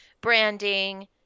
branding